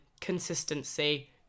consistency